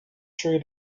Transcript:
three